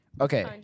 Okay